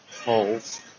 holes